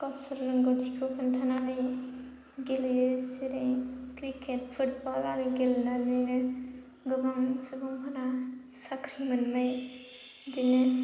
गावसोर रोंगौथिखौ खोन्थानानै गेलेयो जेरै क्रिकेट फुटबल आरि गेलेनानैनो गोबां सुबुंफोरा साख्रि मोनबाय बिदिनो